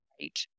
right